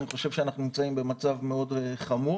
אני חושב שאנחנו נמצאים במצב מאוד חמור,